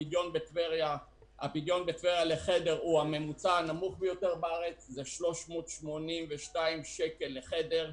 הפדיון בטבריה לחדר הוא בממוצע הנמוך ביותר 382 שקל לחדר,